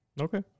Okay